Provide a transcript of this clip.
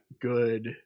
good